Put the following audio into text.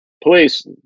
police